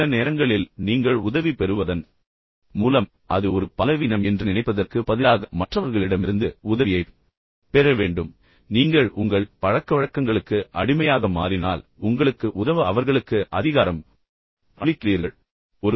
எனவே சில நேரங்களில் நீங்கள் உதவி பெறுவதன் மூலம் அது ஒரு பலவீனம் என்று நினைப்பதற்குப் பதிலாக மற்றவர்களிடமிருந்து உதவியைப் பெற வேண்டும் உதவியை எடுத்துக்கொள்வதன் மூலம் அவர்கள் உங்களை குணப்படுத்த உதவுகிறீர்கள் மேலும் நீங்கள் உங்கள் பழக்கவழக்கங்களுக்கு அடிமையாக மாறினால் உங்களுக்கு உதவ அவர்களுக்கு அதிகாரம் அளிக்கிறீர்கள்